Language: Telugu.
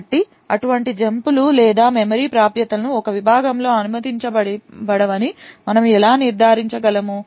కాబట్టి అటువంటి జంప్లు లేదా మెమరీ ప్రాప్యతలు ఒక విభాగములో అనుమతించబడవని మనము ఎలా నిర్ధారించ గలము